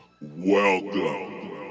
Welcome